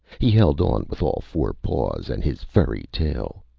he held on with all four paws and his furry tail.